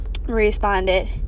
responded